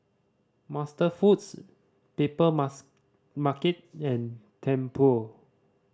MasterFoods Papermars Market and Tempur